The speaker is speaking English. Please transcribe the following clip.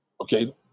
Okay